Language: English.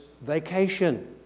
vacation